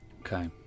Okay